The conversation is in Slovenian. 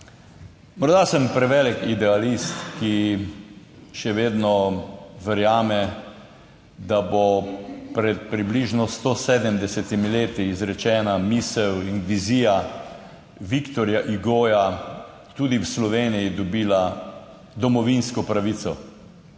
Morda sem prevelik idealist, ki še vedno verjame, da bo pred približno 170 leti izrečena misel in vizija Victorja Hugoja tudi v Sloveniji dobila domovinsko pravico.